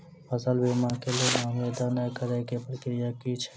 फसल बीमा केँ लेल आवेदन करै केँ प्रक्रिया की छै?